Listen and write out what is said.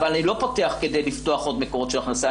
אני לא פותח כדי לפתוח עוד מקורות של הכנסה.